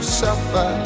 suffer